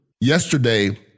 Yesterday